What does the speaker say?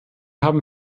haben